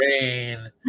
rain